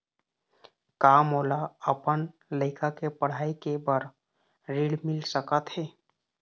का मोला अपन लइका के पढ़ई के बर ऋण मिल सकत हे?